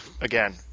Again